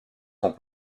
sont